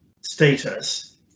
status